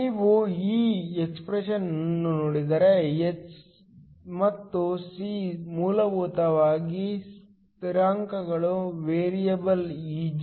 ನೀವು ಈ ಎಕ್ಸ್ಪ್ರೆಶನ್ ಅನ್ನು ನೋಡಿದರೆ h ಮತ್ತು c ಮೂಲಭೂತವಾಗಿ ಸ್ಥಿರಾಂಕಗಳು ವೇರಿಯೇಬಲ್ Eg